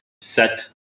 set